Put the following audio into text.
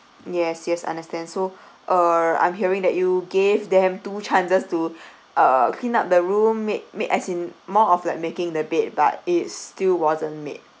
yes yes understand so uh I'm hearing that you gave them two chances to uh clean up the room make make as in more of like making the bed but it still wasn't made